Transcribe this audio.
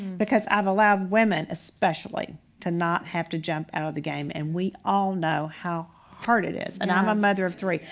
because i've allowed women especially to not have to jump out of the game. and we all know how hard it is. and i'm a mother of three,